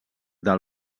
del